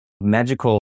magical